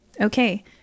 Okay